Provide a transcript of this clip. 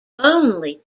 only